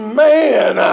man